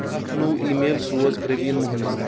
اکھ نوو email سوز پروین موہنس